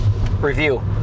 review